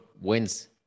wins